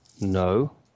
No